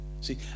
see